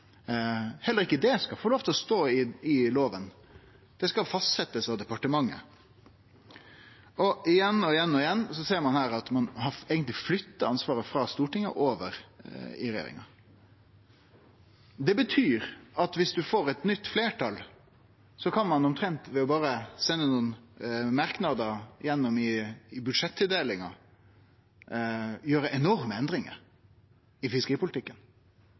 Heller ikkje det skal få lov til å stå i loven. Det skal fastsetjast av departementet. Igjen og igjen ser ein her at ein eigentleg har flytta ansvaret frå Stortinget og over i regjeringa. Det betyr at om ein får eit nytt fleirtal, kan ein omtrent berre ved å sende nokre merknader i budsjett-tildelinga gjere enorme endringar i fiskeripolitikken.